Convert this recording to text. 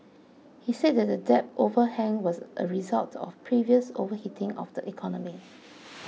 he said that the debt overhang was a result of previous overheating of the economy